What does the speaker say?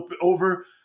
over